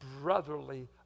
brotherly